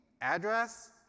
address